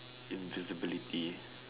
invisibility